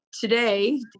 today